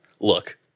Look